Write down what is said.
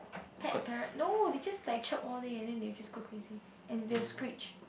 pet parrot no they just like chirp all day and then they just go crazy and they screech